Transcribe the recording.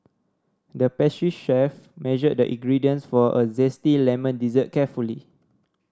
the pastry chef measured the ingredients for a zesty lemon dessert carefully